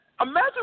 Imagine